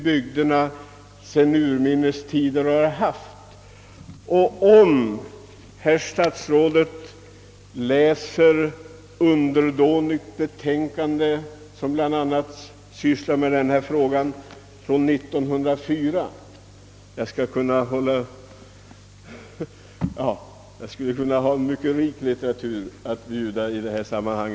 Jag kanske får be herr statsrådet att läsa ett underdånigt betänkande från 1904, i vilket bl.a. denna fråga behandlats. Jag skulle för övrigt kunna bjuda på mycket rikhaltig litteratur i detta sammanhang.